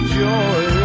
joy